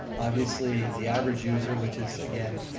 obviously the average user, which is again,